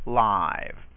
live